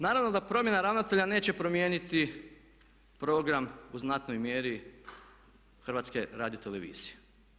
Naravno da promjena ravnatelja neće promijeniti program u znatnoj mjeri HRT-a.